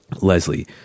Leslie